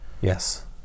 Yes